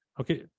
Okay